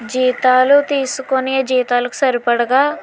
జీతాలు తీసుకునే జీతాలకు సరిపడగా